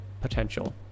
potential